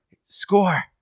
Score